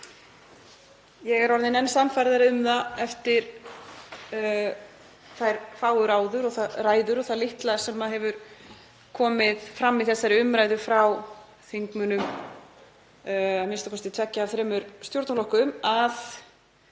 Ég er orðin enn sannfærðari um það eftir þær fáu ræður og það litla sem hefur komið fram í þessari umræðu frá þingmönnum a.m.k. tveggja af þremur stjórnarflokkum að